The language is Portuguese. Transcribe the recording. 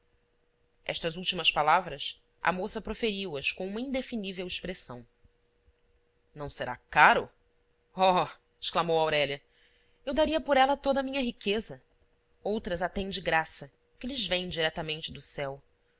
estas últimas palavras a moça proferiu as com uma inde finível expressão não será caro oh exclamou aurélia eu daria por ela toda a minha riqueza outras a têm de graça que lhes vem diretamente do céu